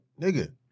nigga